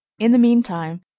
in the mean time,